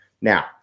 Now